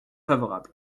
favorable